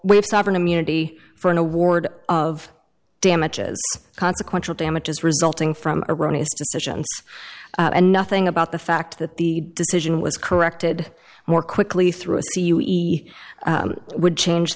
have sovereign immunity for an award order of damages consequential damages resulting from erroneous decisions and nothing about the fact that the decision was corrected more quickly through the u e would change